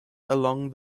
along